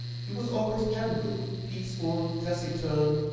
he was always gentle, peaceful, taciturn,